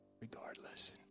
regardless